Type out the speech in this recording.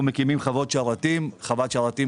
הם יושבים פה ועונים כבר חצי שעה.